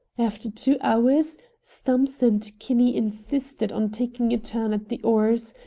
after two hours stumps and kinney insisted on taking a turn at the oars,